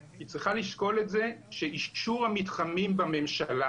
היא צריכה לשקול את זה שאישור המתחמים בממשלה